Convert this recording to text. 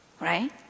right